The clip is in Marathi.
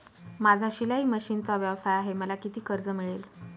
माझा शिलाई मशिनचा व्यवसाय आहे मला किती कर्ज मिळेल?